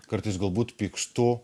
kartais galbūt pykstu